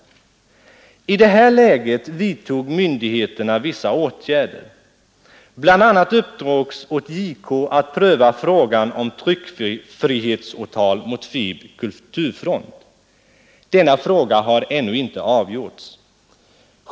I det här läget vidtog myndigheterna vissa åtgärder. Bland annat uppdrogs åt JK att pröva frågan om tryckfrihetsåtal mot FiB/Kulturfront. Denna fråga har ännu inte avgjorts.